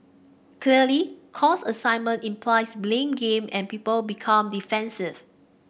clearly cause assignment implies blame game and people become defensive